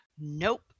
Nope